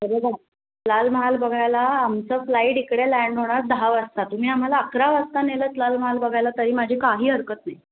हे बघा लाल महाल बघायला आमचं फ्लाईट इकडे लँड होणार दहा वाजता तुम्ही आम्हाला अकरा वाजता नेलंत लाल महाल बघायला तरी माझी काही हरकत नाही